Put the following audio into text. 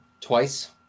twice